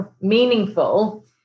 meaningful